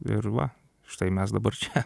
ir va štai mes dabar čia